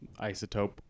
isotope